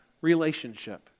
relationship